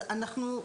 אז אנחנו,